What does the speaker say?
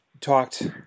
talked